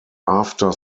after